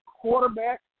quarterback